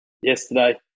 yesterday